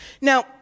now